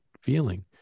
feeling